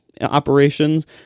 operations